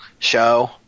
show